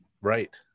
Right